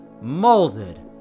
molded